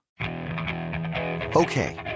Okay